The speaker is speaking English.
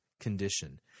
condition